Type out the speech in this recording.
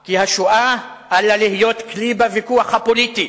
כי השואה אל לה להיות כלי בוויכוח הפוליטי,